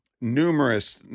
numerous